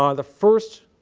um the first